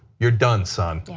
you are done, son.